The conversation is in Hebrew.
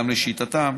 גם לשיטתם,